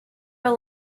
were